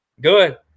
Good